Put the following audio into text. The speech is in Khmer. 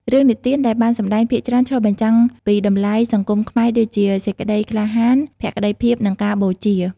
រឿងនិទានដែលបានសម្តែងភាគច្រើនឆ្លុះបញ្ចាំងពីតម្លៃសង្គមខ្មែរដូចជា សេចក្តីក្លាហាន ភក្ដីភាព និងការបូជា។